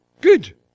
Good